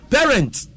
Parents